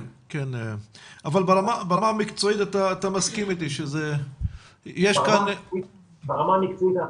אבל ברמה המקצועית אתה מסכים איתי שיש כאן --- ברמה המקצועית אנחנו